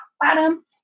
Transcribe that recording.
bottom